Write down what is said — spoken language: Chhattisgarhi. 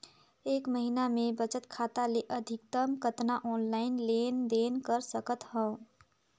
एक महीना मे बचत खाता ले अधिकतम कतना ऑनलाइन लेन देन कर सकत हव?